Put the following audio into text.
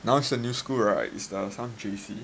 now it is a new school right is the some J_C